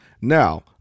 Now